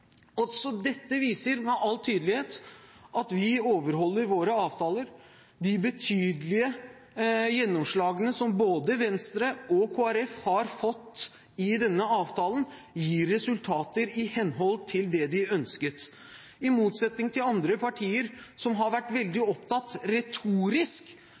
Også dette viser med all tydelighet at vi overholder våre avtaler. De betydelige gjennomslagene som både Venstre og Kristelig Folkeparti har fått i denne avtalen, gir resultater i henhold til det de ønsket. I motsetning til andre partier som har vært veldig opptatt av, retorisk,